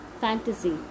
fantasy